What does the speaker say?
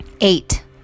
eight